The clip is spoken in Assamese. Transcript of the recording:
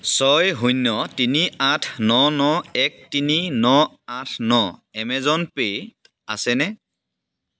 ছয় শূন্য তিনি আঠ ন ন এক তিনি ন আঠ ন এমেজন পে' আছেনে